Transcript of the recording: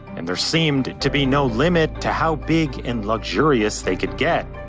and there seemed to be no limit to how big and luxurious they could get.